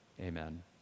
Amen